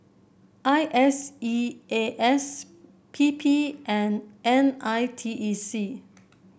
I S E A S P P and N I T E C